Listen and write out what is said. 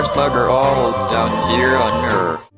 bugger all down here on earth